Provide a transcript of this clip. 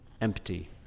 empty